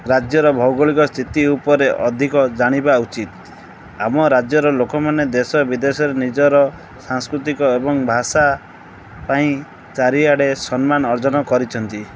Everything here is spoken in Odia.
ରାଜ୍ୟର ଭୌଗଳିକ ସ୍ଥିତି ଉପରେ ଅଧିକ ଜାଣିବା ଉଚିତ ଆମ ରାଜ୍ୟର ଲୋକମାନେ ଦେଶ ବିଦେଶରେ ନିଜର ସାଂସ୍କୃତିକ ଏବଂ ଭାଷା ପାଇଁ ଚାରିଆଡ଼େ ସମ୍ମାନ ଅର୍ଜନ କରିଛନ୍ତି